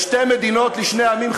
שתי מדינות לשני עמים,